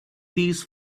these